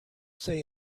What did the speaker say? say